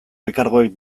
elkargoek